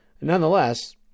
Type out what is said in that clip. Nonetheless